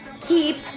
Keep